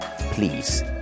please